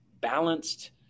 balanced